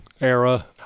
era